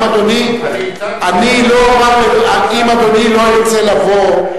אם אדוני לא ירצה לבוא,